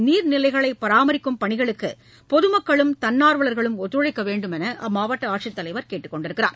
நீர் நிலைகளை பராமரிக்கும் பணிகளுக்கு பொதுமக்களும் தன்னார்வலர்களும் ஒத்துழைக்கவேண்டும் என்று அம்மாவட்ட ஆட்சித்தலைவர் கேட்டுக்கொண்டுள்ளார்